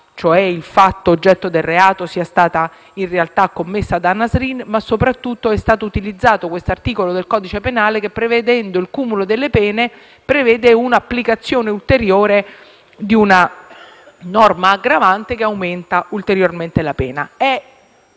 cioè, il fatto oggetto del reato, sia stata commessa da Nasrin. Soprattutto, è stato utilizzato un articolo del codice penale che, prevedendo il cumulo delle pene, prescrive l'applicazione di una norma aggravante che aumenta ulteriormente la pena.